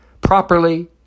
properly